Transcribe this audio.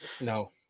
No